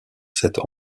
cette